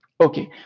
Okay